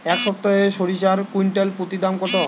এই সপ্তাহে সরিষার কুইন্টাল প্রতি দাম কত?